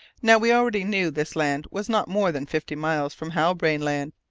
now, we already knew this land was not more than fifty miles from halbrane land.